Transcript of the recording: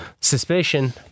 Suspicion